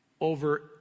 over